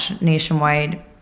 nationwide